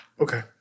Okay